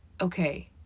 Okay